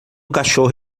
cachorro